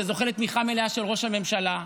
שזוכה לתמיכה מלאה של ראש הממשלה,